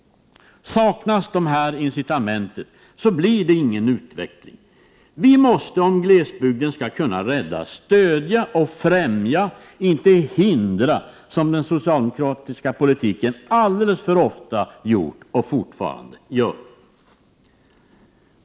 Saknas dessa incitament blir det ingen utveckling. Vi måste — om glesbygden skall kunna räddas — stödja och främja, inte hindra, som den socialdemokratiska politiken alldeles för ofta har gjort och fortfarande gör.